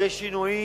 יש שינויים